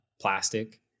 plastic